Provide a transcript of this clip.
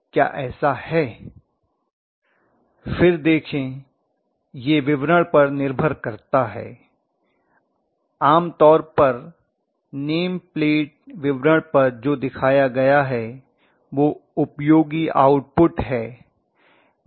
professor फिर देखें यह विवरण पर निर्भर करता है आमतौर पर नेम प्लेट विवरण पर जो दिखाया गया है वह उपयोगी आउटपुट है